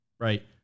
Right